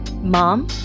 Mom